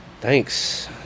Thanks